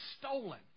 stolen